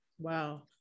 Wow